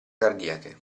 cardiache